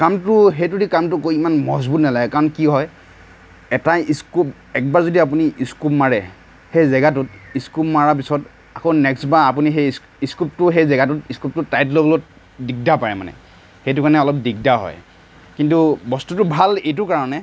কামটো সেইটোদি কামটো কৰি ইমান মজবুত নালাগে কাৰণ কি হয় এটা ইছক্ৰূপ একবাৰ যদি আপুনি ইছক্ৰূপ মাৰে সেই জেগাটোত ইছক্ৰূপ মৰাৰ পিছত আকৌ নেক্সবাৰ আপুনি সেই ইছ ইছক্ৰূপটো সেই জেগাটোত ইছক্ৰূপটো টাইট ল'বলৈ দিগদাৰ পাই মানে সেইটোৰ কাৰণে অলপ দিগদাৰ হয় কিন্তু বস্তুটো ভাল এইটোৰ কাৰণে